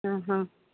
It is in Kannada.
ಹಾಂ ಹಾಂ